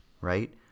right